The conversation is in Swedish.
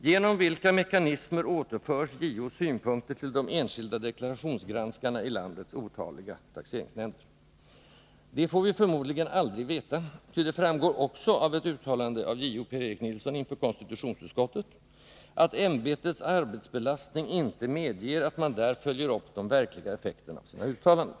Genom vilka mekanismer återförs JO:s synpunkter het till de enskilda deklarationsgranskarna i landets otaliga taxeringsnämnder? Det får vi förmodligen aldrig veta, ty det framgår också av ett uttalande av JO Per Erik Nilsson inför konstitutionsutskottet att ämbetets arbetsbelastning inte medger att man där följer upp de verkliga effekterna av sina uttalanden.